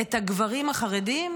את הגברים החרדים,